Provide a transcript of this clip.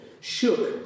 shook